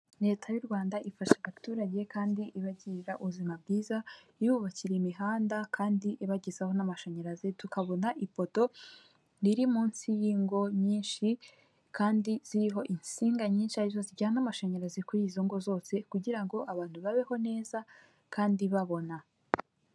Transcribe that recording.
Leta y'u Rwanda ifasha abaturage kandi ibagirira ubuzima bwiza, ibubakira imihanda kandi ibagezaho n'amashanyarazi, tukabona ipoto riri munsi y'ingo nyinshi kandi ziriho insinga nyinshi arizo zijyana amashanyarazi kuri izo ngo zose kugira ngo abantu babeho neza kandi babona.